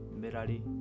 Merari